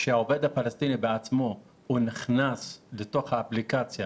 כשהעובד הפלסטיני נכנס לאפליקציה,